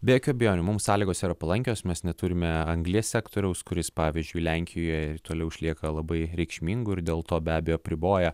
be jokių abejonių mums sąlygos yra palankios mes neturime anglies sektoriaus kuris pavyzdžiui lenkijoje ir toliau išlieka labai reikšmingu ir dėl to be abejo apriboja